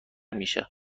میشه